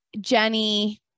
Jenny